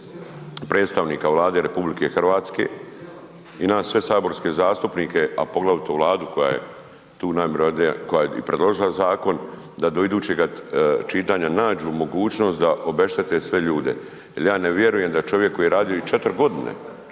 predstavnika Vlade RH i nas sve saborske zastupnike a poglavito Vladu koja je tu najmjerodavnija, koja je i predložila zakon, da do idućega čitanja nađu mogućnost da obeštete sve ljude jer ja ne vjerujem da čovjek koji je radio i 4 g., da ne